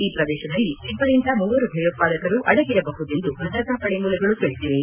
ಈ ಪ್ರದೇಶದಲ್ಲಿ ಇಬ್ಬರಿಂದ ಮೂವರು ಭಯೋತ್ವಾದಕರು ಅಡಗಿರಬಹುದೆಂದು ಭದ್ರತಾಪಡೆ ಮೂಲಗಳು ತಿಳಿಸಿವೆ